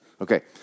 Okay